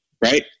right